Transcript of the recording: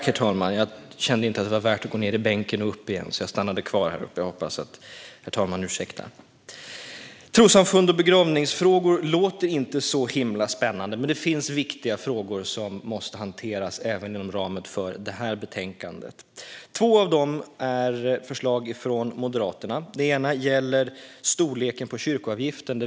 Herr talman! Trossamfund och begravningsfrågor låter inte så spännande, men det finns frågor som måste hanteras även inom ramen för detta betänkande. Två förslag är från Moderaterna. Det ena gäller storleken på kyrkoavgiften.